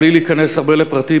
בלי להיכנס הרבה לפרטים,